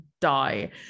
die